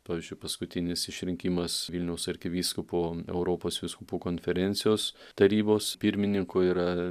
pavyzdžiui paskutinis išrinkimas vilniaus arkivyskupo europos vyskupų konferencijos tarybos pirmininku yra